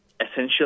essentially